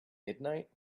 midnight